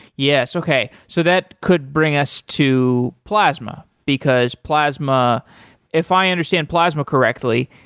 yes. okay. so that could bring us to plasma, because plasma if i understand plasma correctly,